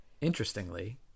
Interestingly